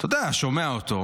אתה יודע, שומע אותו.